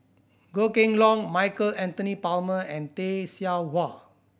Goh Kheng Long Michael Anthony Palmer and Tay Seow Huah